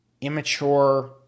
immature